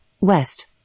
west